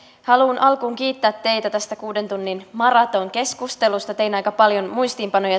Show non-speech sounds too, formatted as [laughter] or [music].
haluan alkuun kiittää teitä tästä kuuden tunnin maratonkeskustelusta tein aika paljon muistiinpanoja [unintelligible]